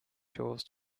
chores